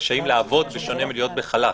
רשאים לעבוד, בשונה מלהיות בחל"ת.